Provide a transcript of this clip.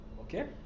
Okay